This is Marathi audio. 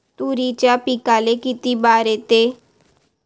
तुरीच्या पिकाले किती बार येते?